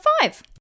five